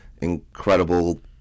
incredible